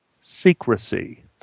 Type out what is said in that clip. secrecy